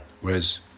Whereas